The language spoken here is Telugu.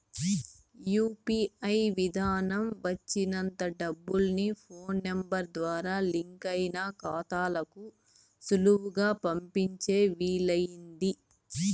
యూ.పీ.ఐ విదానం వచ్చినంత డబ్బుల్ని ఫోన్ నెంబరు ద్వారా లింకయిన కాతాలకు సులువుగా పంపించే వీలయింది